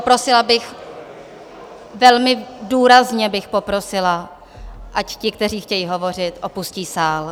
Poprosila bych, velmi důrazně bych poprosila, ať ti, kteří chtějí hovořit, opustí sál.